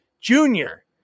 Junior